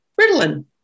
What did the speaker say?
Ritalin